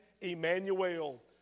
Emmanuel